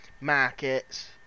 markets